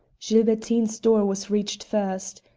gilbertine's door was reached first.